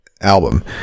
album